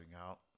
out